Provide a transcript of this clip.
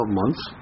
months